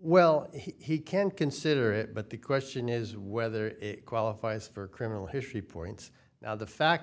well he can consider it but the question is whether it qualifies for criminal history points now the fact